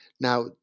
Now